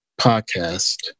podcast